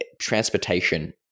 transportation